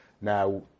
Now